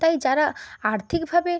তাই যারা আর্থিকভাবে